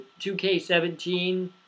2K17